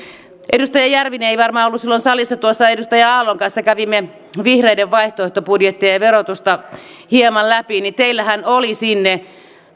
edustaja järvinen ei varmaan ollut silloin salissa kun tuossa edustaja aallon kanssa kävimme vihreiden vaihtoehtobudjettia ja verotusta hieman läpi niin teillähän oli sinne